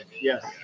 Yes